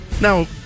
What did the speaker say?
Now